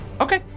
Okay